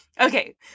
Okay